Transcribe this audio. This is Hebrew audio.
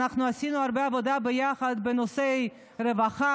אנחנו עשינו הרבה עבודה ביחד בנושאי רווחה,